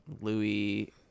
Louis